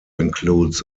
includes